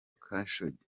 khashoggi